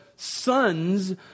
sons